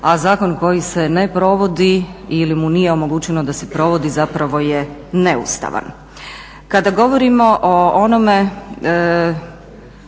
a zakon koji se ne provodi ili mu nije omogućeno da se provodi zapravo je neustavan. Kada govorimo o onome